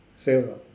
same lah